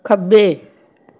ਖੱਬੇ